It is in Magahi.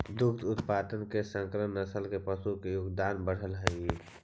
दुग्ध उत्पादन में संकर नस्ल के पशु के योगदान बढ़ले हइ